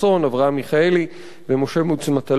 אברהם מיכאלי ומשה מוץ מטלון,